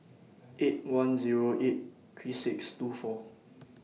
eight one Zero eight three six two four